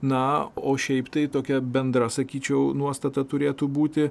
na o šiaip tai tokia bendra sakyčiau nuostata turėtų būti